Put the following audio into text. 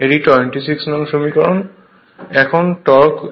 এটি 26 নং সমীকরণ